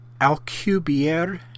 Alcubierre